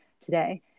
today